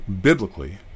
Biblically